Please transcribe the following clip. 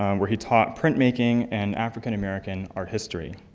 um where he taught printmaking and african-american art history.